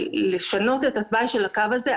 לשנות את התוואי של הקו הזה,